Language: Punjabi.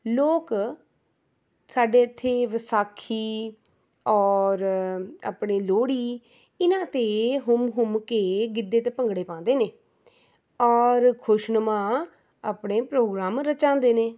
ਲੋਕ ਸਾਡੇ ਇੱਥੇ ਵਿਸਾਖੀ ਔਰ ਆਪਣੀ ਲੋਹੜੀ ਇਹਨਾਂ 'ਤੇ ਹੁੰਮ ਹੁੰਮ ਕੇ ਗਿੱਧੇ ਅਤੇ ਭੰਗੜੇ ਪਾਉਂਦੇ ਨੇ ਔਰ ਖੁਸ਼ਨੁਮਾ ਆਪਣੇ ਪ੍ਰੋਗਰਾਮ ਰਚਾਉਂਦੇ ਨੇ